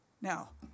Now